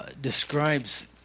Describes